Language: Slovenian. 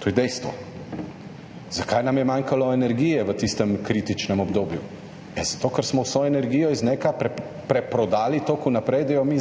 To je dejstvo. Zakaj nam je manjkalo energije v tistem kritičnem obdobju? Zato, ker smo vso energijo iz NEK preprodali toliko vnaprej, da je mi